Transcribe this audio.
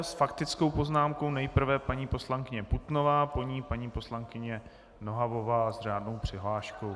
S faktickou poznámkou nejprve paní poslankyně Putnová, po ní paní poslankyně Nohavová s řádnou přihláškou.